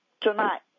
tonight